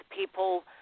people